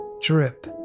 Drip